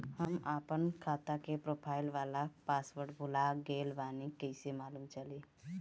हम आपन खाता के प्रोफाइल वाला पासवर्ड भुला गेल बानी कइसे मालूम चली?